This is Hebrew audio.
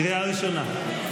קריאה ראשונה.